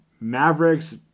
Mavericks